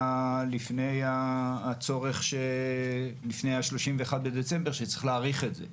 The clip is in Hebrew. לפני ה-31 בדצמבר שצריך להאריך את זה.